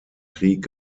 krieg